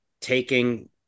taking